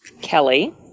Kelly